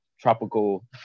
tropical